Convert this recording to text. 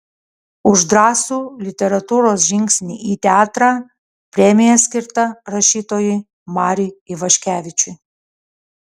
už drąsų literatūros žingsnį į teatrą premija skirta rašytojui mariui ivaškevičiui